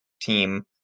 team